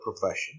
profession